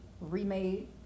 remade